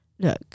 Look